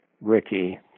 Ricky